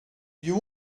you